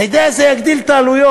אתה יודע, זה יגדיל את העלויות.